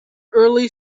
early